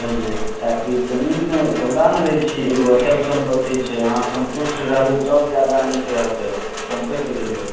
ओहि लेल ताकि जमीन ने सौदा ने लै छियै एगो अचल सम्पत्ति छै अहाँ सन्तुष्ट रहबै तब ज्यादा नीक रहतै सम्पत्ति भेलै